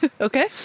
Okay